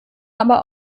aber